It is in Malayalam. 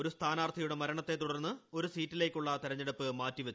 ഒരു സ്ഥാനാർത്ഥിയുടെ മരണത്തെത്തുടർന്ന് ഒരു സീറ്റിലേക്കുള്ള തെരഞ്ഞെടുപ്പ് മാറ്റി വച്ചു